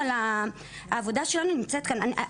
העבודה שלנו נמצאת כאן.